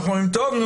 אנחנו אומרים: טוב,